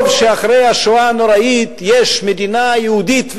טוב שאחרי השואה הנוראית יש מדינה יהודית,